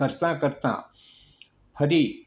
કરતાં કરતાં કદી